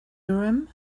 urim